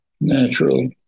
natural